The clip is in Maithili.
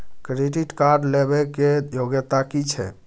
क्रेडिट कार्ड लेबै के योग्यता कि छै?